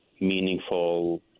meaningful